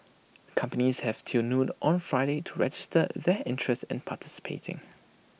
companies have till noon on Friday to register their interest in participating